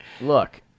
look